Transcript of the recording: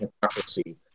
hypocrisy